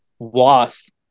lost